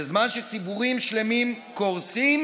בזמן שציבורים שלמים קורסים,